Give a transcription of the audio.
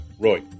Roy